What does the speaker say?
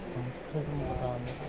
संस्कृतमुक्तम्